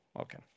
Okay